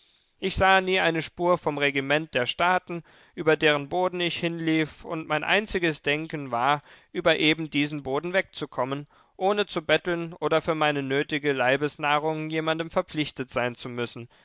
ich sah nie eine spur von dem regiment der staaten über deren boden ich hinlief und mein einziges denken war über eben diesen boden wegzukommen ohne zu betteln oder für meine nötige leibesnahrung jemandem verpflichtet sein zu müssen